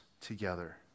together